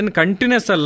continuous